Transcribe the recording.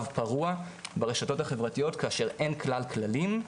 פרוע" ברשתות החברתיות כאשר אין כלל כללים.